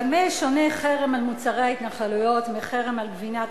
במה שונה חרם על מוצרי ההתנחלויות מחרם על גבינת